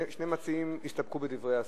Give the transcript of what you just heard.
מציעים הסתפקו בדברי השר.